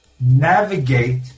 navigate